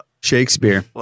shakespeare